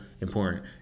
important